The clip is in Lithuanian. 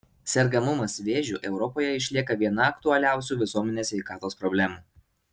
sergamumas vėžiu europoje išlieka viena aktualiausių visuomenės sveikatos problemų